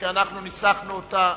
שאנחנו ניסחנו אותה.